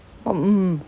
what mm